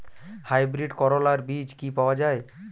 Hybrid করলার বীজ কি পাওয়া যায়?